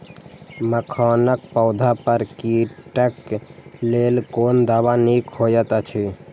मखानक पौधा पर कीटक लेल कोन दवा निक होयत अछि?